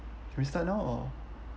can we start now or